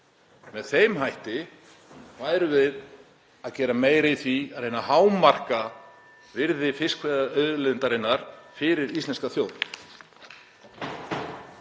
Með þeim hætti værum við að gera meira í því að reyna að hámarka virði fiskveiðiauðlindarinnar fyrir íslenska þjóð.